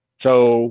so